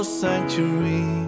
sanctuary